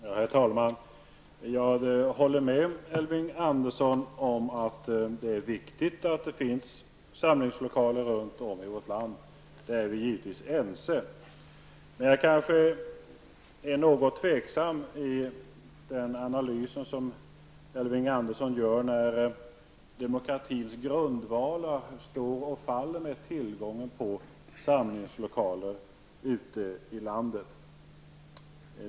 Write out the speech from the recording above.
Herr talman! Jag håller med Elving Andersson om att det är viktigt att det finns samlingslokaler runt om i vårt land. Om det är vi givetvis ense. Men jag är något tveksam till den analys som Elving Andersson gör, att demokratins grundvalar står och faller med tillgången på samlingslokaler ute i landet.